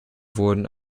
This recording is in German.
wurden